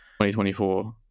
2024